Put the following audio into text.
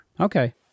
Okay